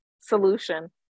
solution